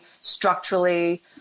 structurally